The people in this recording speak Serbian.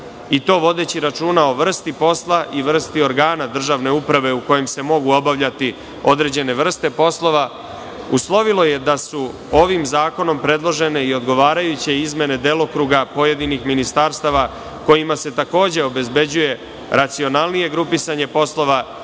i to vodeći računa o vrsti posla i vrsti organa državne uprave u kojem se mogu obavljati određene vrste poslova, uslovilo je da su ovim zakonom predložene i odgovarajuće izmene delokruga pojedinih ministarstava, kojima se takođe obezbeđuje racionalnije grupisanje poslova